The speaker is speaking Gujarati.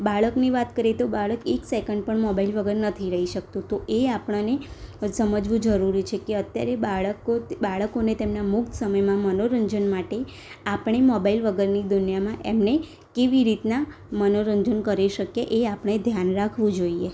બાળકની વાત કરીએ તો બાળક એક સેકન્ડ પણ મોબાઈલ વગર નથી રહી શકતું તો એ આપણને સમજવું જરૂરી છે કે અત્યારે બાળકો બાળકોને તેમના મુક્ત સમયમાં મનોરંજન માટે આપણે મોબાઈલ વગરની દુનિયામાં એમને કેવી રીતના મનોરંજન કરી શકીએ એ આપણે ધ્યાન રાખવું જોઈએ